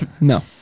No